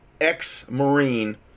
ex-marine